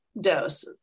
dose